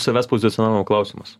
savęs pozicionavimo klausimas